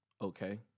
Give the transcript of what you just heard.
Okay